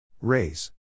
Raise